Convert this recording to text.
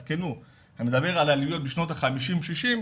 אני מדבר על עליות בשנות ה-50 וה-60,